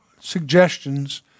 suggestions